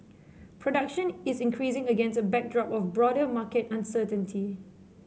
production is increasing against a backdrop of broader market uncertainty